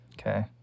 Okay